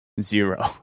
zero